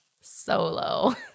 Solo